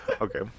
okay